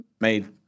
made